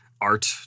art